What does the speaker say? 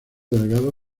delegado